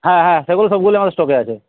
হ্যাঁ হ্যাঁ সেগুলো সবগুলোই আমার স্টকে আছে